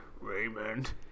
Raymond